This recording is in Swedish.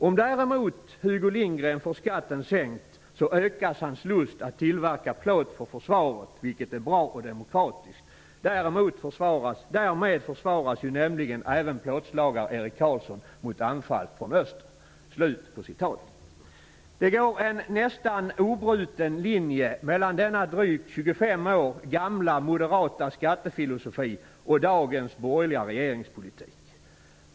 Om däremot direktör Hugo Lindgren får skatten sänkt, så ökas hans lust att tillverka plåt för försvaret, vilket är bra och demokratiskt. Därmed försvaras ju nämligen även plåtslagare Erik Karlsson mot anfall från öster.'' Det går en nästan obruten linje mellan denna drygt 25 år gamla moderata skattefilosofi och dagens borgerliga regeringspolitik.